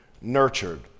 nurtured